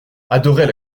adorait